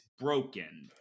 broken